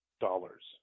dollars